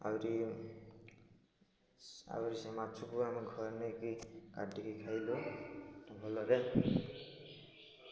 ଆହୁରି ଆହୁରି ସେ ମାଛକୁ ଆମେ ଘରେ ନେଇକି କାଟିକି ଖାଇଲୁ ଭଲରେ